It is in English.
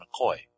McCoy